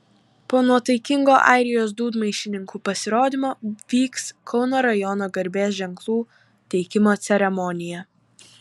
po nuotaikingo airijos dūdmaišininkų pasirodymo vyks kauno rajono garbės ženklų teikimo ceremonija